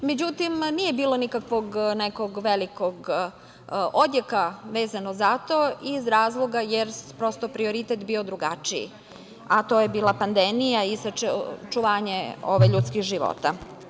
Međutim, nije bilo nikakvog velikog odjeka vezano za to iz razloga, jer prioritet je bio drugačiji, a to je bila panedmija i očuvanje ovih ljudskih života.